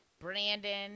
Brandon